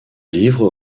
livre